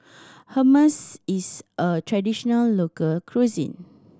hummus is a traditional local cuisine